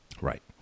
Right